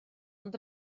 ond